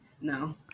No